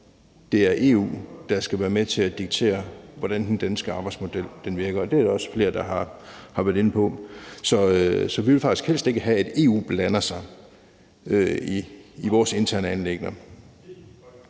det er EU, der skal være med til at diktere, hvordan den danske arbejdsmarkedsmodel virker, og det er der også flere, der har været inde på. Så vi vil faktisk helst ikke have, at EU blander sig i vores interne